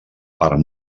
part